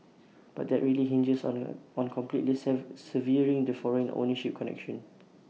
but that really hinges on A on completely severing the foreign ownership connection